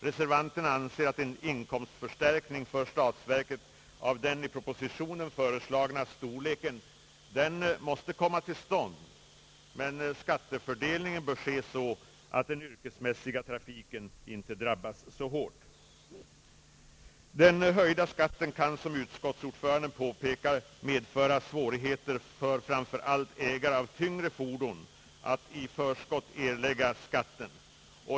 Reservanterna anser att en inkomstförstärkning för statsverket av den i propositionen föreslagna storleken måste komma till stånd, men skattefördel ningen bör ske så att den yrkesmässiga trafiken inte drabbas så hårt. Den höjda skatten kan, som utskottets oråförande påpekat, medföra svårigheter för framför allt ägare av tyngre fordon när det gäller att i förskott erlägga skatten.